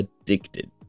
addicted